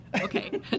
Okay